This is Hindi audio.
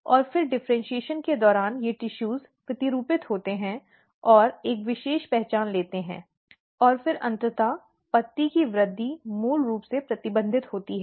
और फिर डिफ़र्इन्शीएशन के दौरान ये ऊतक प्रतिरूपित होते हैं और एक विशेष पहचान लेते हैं और फिर अंततः पत्ती की वृद्धि मूल रूप से प्रतिबंधित होती है